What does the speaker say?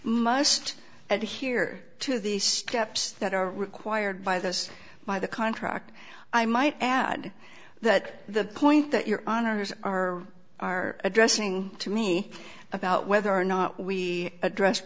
must and hear to the steps that are required by the us by the contract i might add that the point that your owners are are addressing to me about whether or not we address